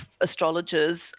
astrologers